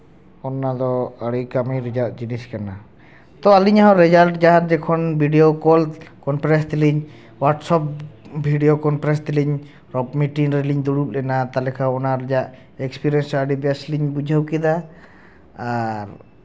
ᱚᱱᱟ ᱫᱚ ᱟᱹᱰᱤ ᱠᱟᱹᱢᱤ ᱨᱮᱭᱟᱜ ᱡᱤᱱᱤᱥ ᱠᱟᱱᱟ ᱛᱚ ᱟᱹᱞᱤᱧ ᱦᱚᱸ ᱨᱮᱡᱟᱞᱴ ᱡᱟᱦᱟᱸ ᱡᱚᱠᱷᱚᱱ ᱵᱷᱤᱰᱤᱭᱳ ᱠᱚᱞ ᱠᱚᱱᱯᱷᱟᱨᱮᱱᱥ ᱛᱮᱞᱤᱧ ᱦᱳᱣᱟᱴᱥᱮᱯ ᱵᱷᱤᱰᱤᱭᱳ ᱠᱚᱱᱯᱷᱟᱨᱮᱱᱥ ᱛᱮᱞᱤᱧ ᱢᱤᱴᱤᱝ ᱨᱮᱞᱤᱧ ᱫᱩᱲᱩᱵ ᱞᱮᱱᱟ ᱛᱟᱦᱚᱞᱮ ᱠᱷᱟᱡ ᱚᱱᱟ ᱨᱮᱭᱟᱜ ᱮᱠᱯᱮᱨᱤᱭᱤᱱᱥ ᱦᱚᱸ ᱟᱹᱰᱤ ᱵᱮᱥᱞᱤᱧ ᱵᱩᱡᱷᱟᱹᱣ ᱠᱮᱫᱟ ᱟᱨ